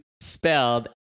spelled